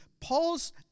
Paul's